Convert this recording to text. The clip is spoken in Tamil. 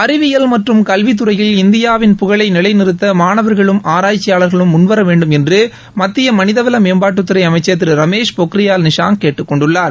அறிவியல் மற்றும் கல்வித்துறையில் இந்தியாவின் புகழை நிலைநிறுத்த மாணவர்களும் ஆராய்ச்சியாளர்களும் முன்வர வேண்டும் என்று மத்திய மனிதவள மேம்பாட்டுத்துறை அமைச்சர் திரு ரமேஷ் பொக்ரியால் நிஷாங்க் கேட்டுக்கொண்டுள்ளார்